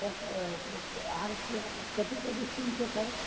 sir अहाँके की कथि कथि स्कीम छै सर